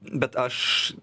bet aš